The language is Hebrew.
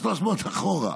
300 אחורה.